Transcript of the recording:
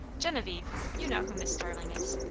genevieve you know who miss starling is.